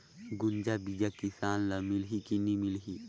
गुनजा बिजा किसान ल मिलही की नी मिलही?